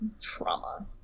trauma